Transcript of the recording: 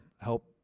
help